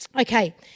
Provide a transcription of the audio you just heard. Okay